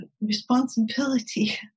responsibility